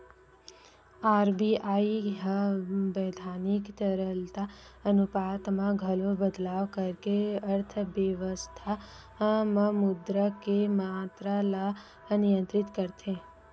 RBI ह बैधानिक तरलता अनुपात म घलो बदलाव करके अर्थबेवस्था म मुद्रा के मातरा ल नियंत्रित करथे